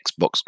Xbox